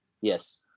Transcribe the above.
Yes